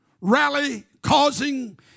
rally-causing